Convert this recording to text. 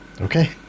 okay